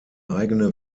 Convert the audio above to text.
eigene